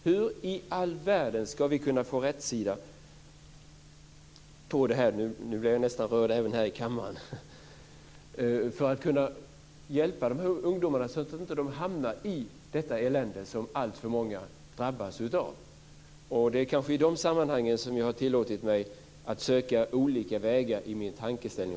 Hur i all världen ska vi kunna få rätsida på detta för att kunna hjälpa dessa ungdomar så att de inte hamnar i det elände som alltför många drabbas av? Nu blir jag nästan rörd även här i kammaren. Det är kanske i dessa sammanhang som jag har tillåtit mig att söka olika vägar i mina tankar.